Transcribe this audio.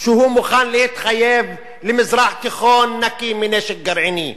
שהוא מוכן להתחייב למזרח תיכון נקי מנשק גרעיני.